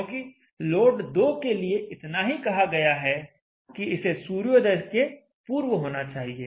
क्योंकि लोड 2 के लिए इतना ही कहा गया है कि इसे सूर्योदय के पूर्व होना चाहिए